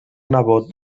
nebot